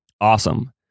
Awesome